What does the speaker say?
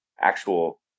actual